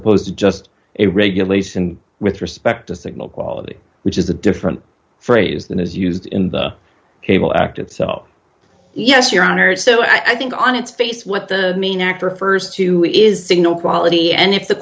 opposed to just a regulation with respect to signal quality which is a different phrase than is used in the cable act itself yes your honor so i think on its face what the main act refers to is signal quality and if the